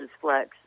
flex